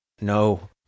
No